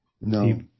No